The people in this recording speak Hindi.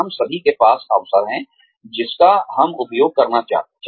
हम सभी के पास अवसर हैं जिसका हम उपयोग करना चाहते हैं